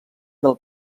del